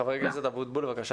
חבר הכנסת משה אבוטבול, בבקשה.